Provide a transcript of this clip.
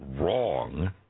wrong